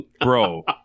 Bro